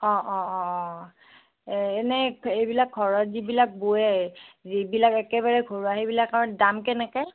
অ অ অ অ এ এনেই এইবিলাক ঘৰত যিবিলাক বোৱে যিবিলাক একেবাৰে ঘৰুৱা সেইবিলাকৰ দাম কেনেকৈ